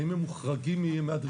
האם הם מוחרגים מהדרישה?